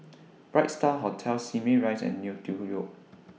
Bright STAR Hotel Simei Rise and Neo Tiew Road